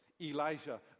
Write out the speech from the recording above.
Elijah